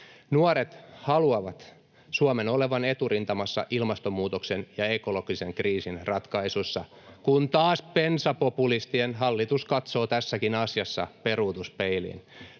Nuoret haluavat Suomen olevan eturintamassa ilmastonmuutoksen ja ekologisen kriisin ratkaisussa, kun taas bensapopulistien hallitus katsoo tässäkin asiassa peruutuspeiliin.